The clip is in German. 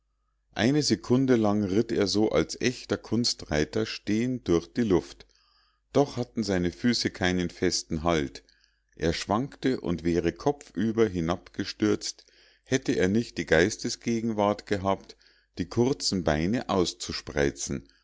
eine sekunde lang ritt er so als echter kunstreiter stehend durch die luft doch hatten seine füße keinen festen halt er schwankte und wäre kopfüber hinabgestürzt hätte er nicht die geistesgegenwart gehabt die kurzen beine auszuspreizen